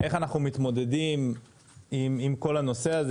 איך אנחנו מתמודדים עם כל הנושא הזה,